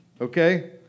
okay